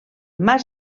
mas